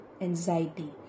anxiety